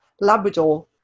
Labrador